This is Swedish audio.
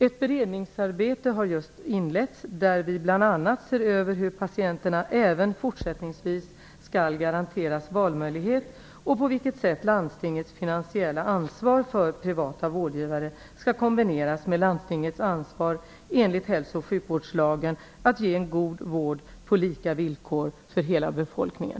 Ett beredningsarbete har just inletts där vi bl.a. ser över hur patienterna även fortsättningsvis skall garanteras valmöjlighet och på vilket sätt landstingets finansiella ansvar för privata vårdgivare skall kombineras med landstingets ansvar enligt hälso och sjukvårdslagen att ge en god vård på lika villkor för hela befolkningen.